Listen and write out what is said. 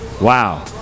Wow